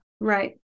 Right